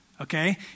Okay